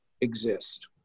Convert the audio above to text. exist